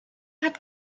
hat